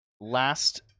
last